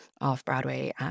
off-Broadway